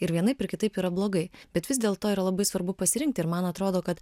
ir vienaip ir kitaip yra blogai bet vis dėlto yra labai svarbu pasirinkti ir man atrodo kad